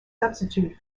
substituted